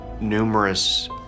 Numerous